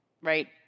Right